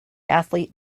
athlete